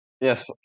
Yes